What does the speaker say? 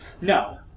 No